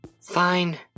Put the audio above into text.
Fine